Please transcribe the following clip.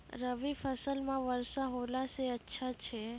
रवी फसल म वर्षा होला से अच्छा छै?